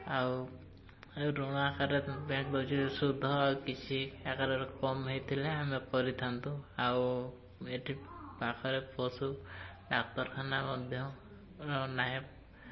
ଆଉ ଋଣ ଆକାରରେ ବ୍ୟାଙ୍କ୍ ବଜାର ଶୁଦ୍ଧ ଆଉ କିଛି ଆକାରରେ କମ୍ ହେଇଥିଲେ ଆମେ କରିଥାନ୍ତୁ ଆଉ ଏଠି ପାଖରେ ପଶୁ ଡ଼ାକ୍ତରଖାନା ମଧ୍ୟ ନାହିଁ